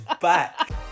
back